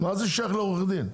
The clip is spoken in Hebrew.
מה זה שייך לעורכי דין.